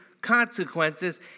consequences